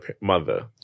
mother